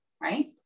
right